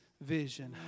vision